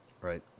right